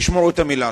תשמור על המלה שלך.